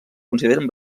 consideren